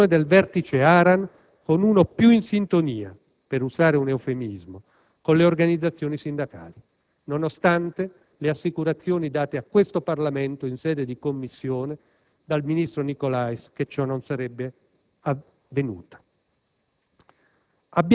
la sostituzione del vertice ARAN con uno più in sintonia, per usare un eufemismo, con le organizzazioni sindacali, nonostante le assicurazioni fornite a questo Parlamento in sede di Commissione dal ministro Nicolais che ciò non sarebbe avvenuto.